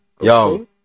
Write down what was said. Yo